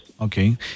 Okay